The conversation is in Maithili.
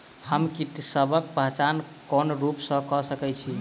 हम कीटसबक पहचान कोन रूप सँ क सके छी?